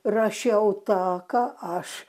rašiau tą ką aš